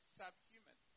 subhuman